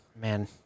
Man